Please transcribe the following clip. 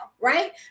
right